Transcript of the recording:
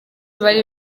bari